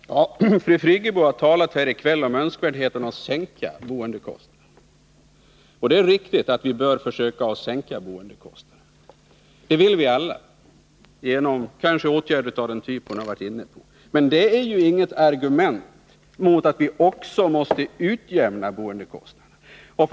Herr talman! Fru Friggebo har i kväll talat om önskvärdheten av att sänka boendekostnaderna. Det är riktigt att vi bör försöka sänka boendekostnaderna. Det vill vi alla, kanske genom åtgärder av den typ hon har varit inne på. Men det är ju inget argument mot att också utjämna boendekostnaderna.